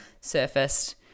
surfaced